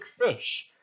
fish